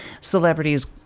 celebrities